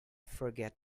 forget